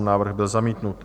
Návrh byl zamítnut.